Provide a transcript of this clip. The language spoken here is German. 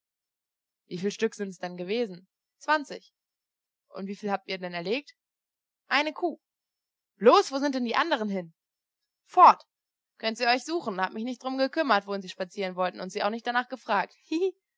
wieviel stück sind es denn gewesen zwanzig und wieviel habt ihr denn erlegt eine kuh bloß wo sind die andern hin fort könnt sie euch suchen habe mich nicht darum gekümmert wohin sie spazieren wollten und sie auch nicht danach gefragt